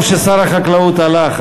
טוב ששר החקלאות הלך,